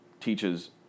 teaches